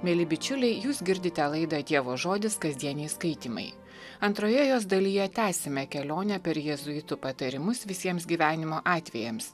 mieli bičiuliai jūs girdite laidą dievo žodis kasdieniai skaitymai antroje jos dalyje tęsime kelionę per jėzuitų patarimus visiems gyvenimo atvejams